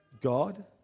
God